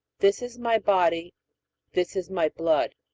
this is my body this is my blood?